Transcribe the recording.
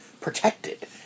protected